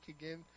again